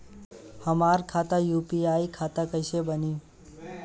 हमार खाता यू.पी.आई खाता कईसे बनी?